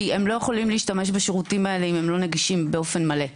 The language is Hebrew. כי הם לא יכולים להשתמש בשירותים האלו אם הם לא נגישים באופן מלא.